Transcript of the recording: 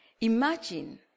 Imagine